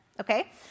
okay